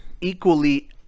equally